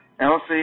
Elsie